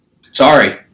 sorry